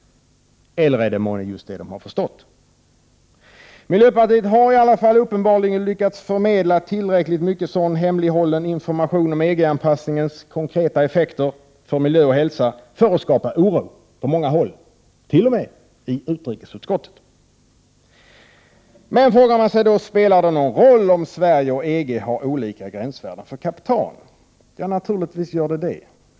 Eller är det kanske just det de har förstått? Miljöpartiet har i varje fall lyckats förmedla tillräckligt mycket hemlighållen information om EG-anpassningens konkreta effekter för miljö och hälsa för att skapa oro — ända in i utrikesutskottet. 29 Men, frågar man sig, spelar det någon roll om Sverige och EG har olika gränsvärden för kaptan? Naturligtvis!